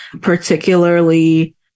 particularly